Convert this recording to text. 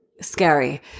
scary